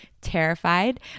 terrified